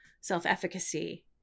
self-efficacy